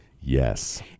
Yes